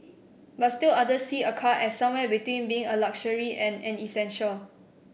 but still others see a car as somewhere between being a luxury and an essential